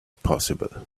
possible